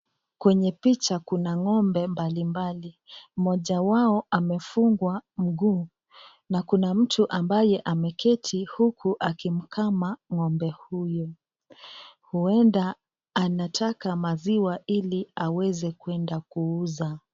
Kwenye picha kuna ngombe mbalimbali. Moja wao amefungwa mguu, na kuna mtu ambaye ameketi huku akimkama ngombe huyu. Huenda anataka maziwa ili aweze kwenda kuuza.